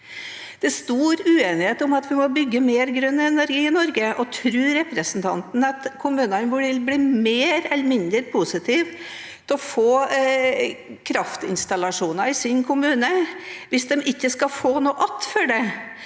Det er stor uenighet om at vi må bygge mer grønn energi i Norge. Tror representanten at kommunene vil bli mer eller mindre positive til å få kraftinstallasjoner i sin kommune, hvis de ikke skal få noe igjen for det?